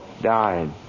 died